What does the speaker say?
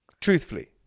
Truthfully